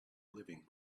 living